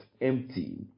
empty